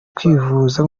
kwivuza